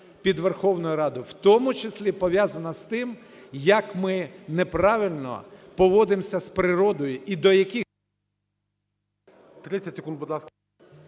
під Верховною Радою в тому числі пов'язана з тим, як ми неправильно поводимося з природою і до яких…